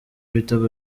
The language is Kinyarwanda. ibitego